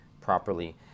properly